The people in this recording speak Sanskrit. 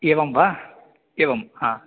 एवं वा एवं हा